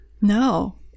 No